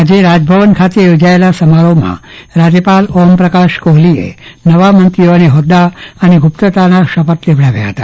આજે રાજભવન ખાતે યોજાયેલા સમારોહમાં રાજયપાલ ઓમ પકાશ કોહલીએ નવા મંત્રોઓ ન હોદા અને ગુપ્તતાના સપથ લેવડાવ્યા હતા